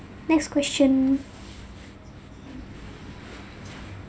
next question